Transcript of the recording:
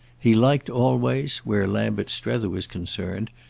he liked always, where lambert strether was concerned,